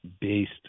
based